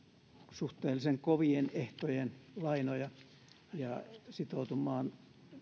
suhteellisen kovien ehtojen lainoja ja sitoutumaan